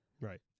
Right